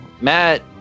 Matt